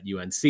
UNC